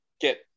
get